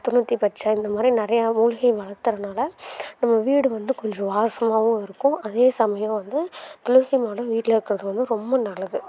தொண்ணூத்தி பச்சை இந்த மாதிரி நிறையா மூலிகை வளர்த்துறனால நம்ம வீடு வந்து கொஞ்சம் வாசமாகவும் இருக்கும் அதே சமயம் வந்து துளசி மடம் வீட்டில் இருக்கிறது வந்து ரொம்ப நல்லது